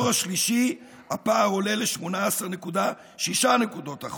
בדור השלישי הפער עולה ל-18.6 נקודות האחוז.